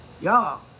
Y'all